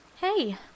Hey